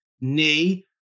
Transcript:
knee